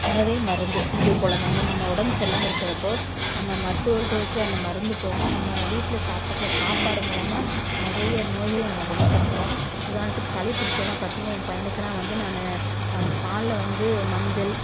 உணவே மருந்து அதேபோல் தாங்க நம்ம உடம்பு சரிலாம இருக்கிறதப்போ நம்ம மருத்துவள்கிட்டே இருக்க அந்த மருந்து போக நம்ம வீட்டில் சாப்பிட்ற சாப்பாடு மூலமாக நிறைய நோய்களை நம்ம குணப்படுத்தலாம் உதாரணத்துக்கு சளிப் பிடிச்சிதுன்னா பார்த்தீங்கன்னா என் பையனுக்கு எல்லாம் வந்து நான் அம் பாலில் வந்து மஞ்சள்